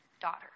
daughter